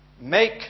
Make